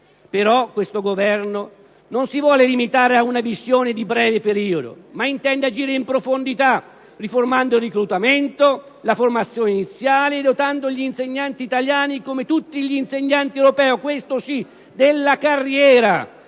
però, questo Governo non vuole limitarsi ad una visione di breve periodo, ma intende agire in profondità, riformando il reclutamento e la formazione iniziale e dotando gli insegnanti italiani come tutti quelli europei - questo sì - della carriera